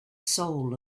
soul